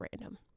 random